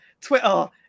Twitter